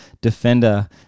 defender